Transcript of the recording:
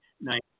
Nice